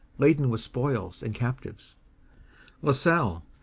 laden with spoils and captives la salle,